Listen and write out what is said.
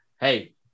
Hey